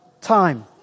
time